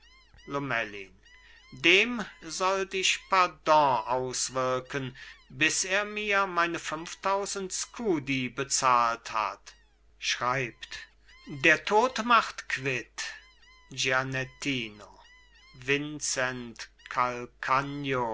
lomellin dem sollt ich pardon auswirken bis er mir meine fünftausend skudi bezahlt hat schreibt der tod macht quitt gianettino vincent